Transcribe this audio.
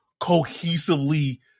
cohesively